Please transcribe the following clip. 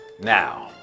Now